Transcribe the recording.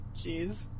Jeez